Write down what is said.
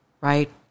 right